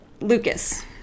Lucas